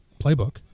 playbook